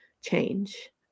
change